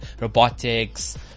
robotics